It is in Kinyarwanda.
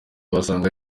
wasanga